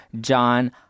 John